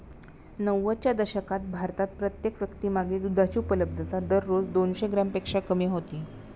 नव्वदच्या दशकात भारतात प्रत्येक व्यक्तीमागे दुधाची उपलब्धता दररोज दोनशे ग्रॅमपेक्षा कमी होती